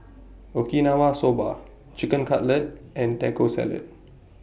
Okinawa Soba Chicken Cutlet and Taco Salad